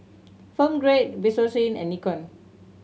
Film Grade Bioskin and Nikon